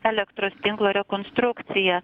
elektros tinklo rekonstrukciją